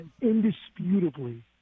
indisputably